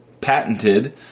patented